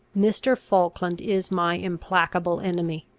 mr. falkland is my implacable enemy.